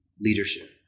leadership